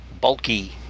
bulky